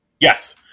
Yes